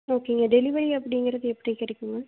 ஓகேங்க டெலிவெரி அப்படிங்கிறது எப்படி கிடைக்குங்க